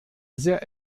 sehr